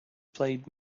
played